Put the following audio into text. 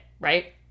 right